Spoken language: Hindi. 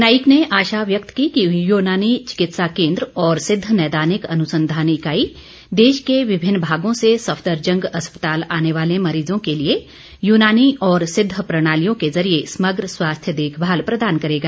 नाइक ने आशा व्यक्त की कि यूनानी चिकित्सा केन्द्र और सिद्ध नैदानिक अनुसंधान इकाई देश के विभिन्न भागों से सफदरजंग अस्पताल आने वाले मरीजों के लिए यूनानी और सिद्व प्रणालियों के जरिए समग्र स्वास्थ्य देखभाल प्रदान करेगा